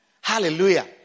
Hallelujah